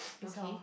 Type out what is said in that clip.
it's your